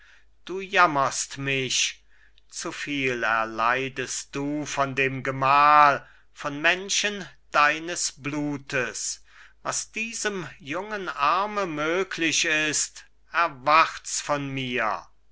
du jammerst mich zuviel erleidest du von dem gemahl von menschen deines blutes was diesem jungen arme möglich ist erwart's von mir